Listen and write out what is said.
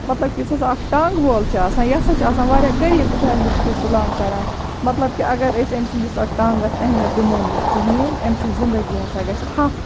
مطلب کہِ یُس ہَسا اکھ ٹانٛگہٕ وول چھُ آسان یہِ ہَسا چھُ آسان واریاہ غریٖب فیملی سۭتۍ بِلانٛگ کَران مطلب کہِ اَگَر أسۍ أمۍ سٕنٛدِس اَتھ ٹانٛگَس اہمیت دِمو نہٕ کِہیٖنۍ أمۍ سُنٛد زِندگی ہَسا گَژھِ ٹھَف